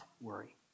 worry